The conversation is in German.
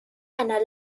einer